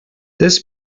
this